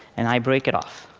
and i break it off.